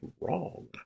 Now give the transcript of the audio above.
wrong